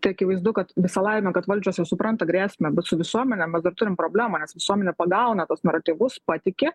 tai akivaizdu kad visa laimė kad valdžios jau supranta grėsmę bet su visuomene dar turim problemą nes visuomenė pagauna tuos naratyvus patiki